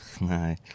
no